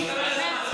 שייגמר הזמן,